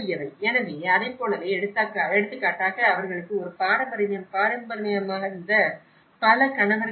எனவே அதைப் போலவே எடுத்துக்காட்டாக அவர்களுக்கு ஒரு பாரம்பரியமாக இருந்த பல கணவர்களுடைமை